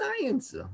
Science